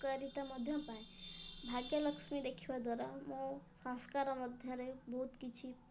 ଉପକାରିତା ମଧ୍ୟ ପାଏ ଭାଗ୍ୟଲକ୍ଷ୍ମୀ ଦେଖିବା ଦ୍ୱାରା ମୋ ସଂସ୍କାର ମଧ୍ୟରେ ବହୁତ କିଛି